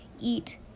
eat